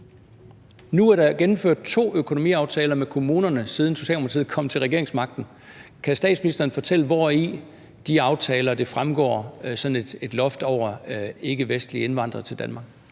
Nu er der gennemført to økonomiaftaler med kommunerne, siden Socialdemokratiet kom til regeringsmagten. Kan statsministeren fortælle, hvor der i de aftaler fremgår sådan et loft over antallet af ikkevestlige indvandrere til Danmark?